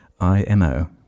imo